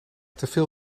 teveel